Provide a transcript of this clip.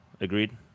agreed